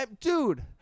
dude